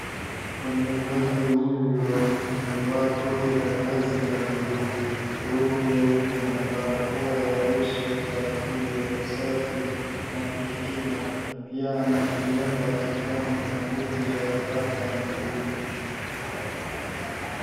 Mfanyakazi huyu amevaa koti la kazi la bluu ,glavu nyeupe na barakoa ya uso kwa ajili ya usafi na kujikinga , pia ana kilemba kichwani na buti za rubber [cs ] miguni.